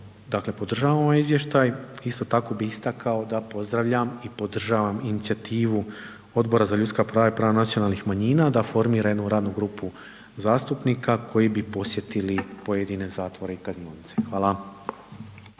slučaju podržavamo ovaj izvještaj, isto tako bi istakao da pozdravljam i podržavam inicijativu Odbora za ljudska prava i prava nacionalnih manjina da formira jedu radnu grupu zastupnika koji bi posjetili pojedine zatvore i kaznionice. Hvala.